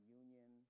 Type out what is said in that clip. union